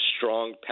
strong